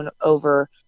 over